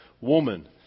woman